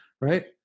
Right